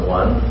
one